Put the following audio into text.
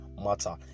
Matter